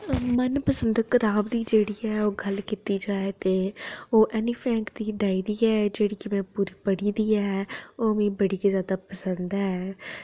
मन पसंद कताब दी जेह्ड़ी ऐ ओह् गल्ल कीती जाए ते ओह् एनीफेंट दी डायरी ऐ जेह्ड़ी केह् में पूरी पढ़ी दी ऐ ओह् मिगी बड़ी गै ज्यादा पसंद ऐ